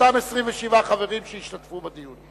אותם 27 חברים שהשתתפו בדיון.